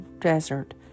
desert